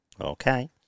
Okay